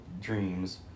dreams